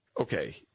Okay